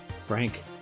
frank